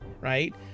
right